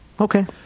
Okay